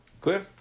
Clear